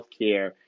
healthcare